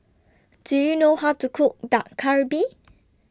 Do YOU know How to Cook Dak Galbi